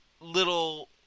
little